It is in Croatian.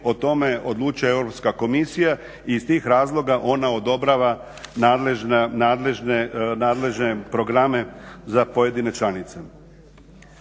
o tome odlučuje Europska komisija i iz tih razloga ona odobrava nadležne programe za pojedine članice.